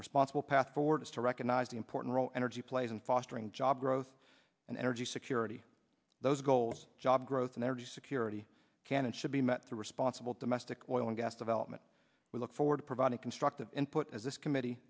responsible path forward is to recognize the important role energy plays in fostering job growth and energy security those goals job growth and energy security can and should be met through responsible domestic oil and gas development we look forward to providing constructive input as this committee